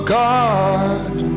God